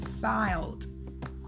filed